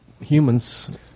humans